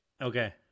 Okay